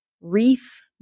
reef